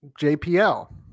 JPL